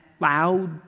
loud